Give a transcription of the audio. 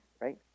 right